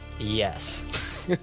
Yes